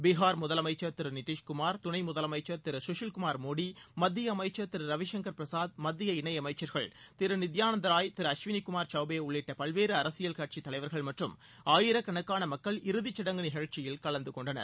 பீஹார் முதலமைச்சர் நிதிஷ்குமார் துணை முதலமைச்சர் திரு திரு குஷில்குமார் மோடி மத்திய அமைச்சர் திரு ரவிசங்கர் பிரசாத் மத்திய இணையமைச்சர்கள் திரு நித்யானந்தராய் திரு அஸ்வினிகுமார் சவ்பே உள்ளிட்ட பல்வேறு அரசியல் கட்சி தலைவர்கள் மற்றும் ஆயிரக்கணக்கான மக்கள் இறுதிச்சடங்கு நிகழ்ச்சியில் கலந்து கொண்டனர்